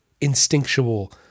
instinctual